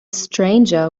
stranger